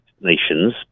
nations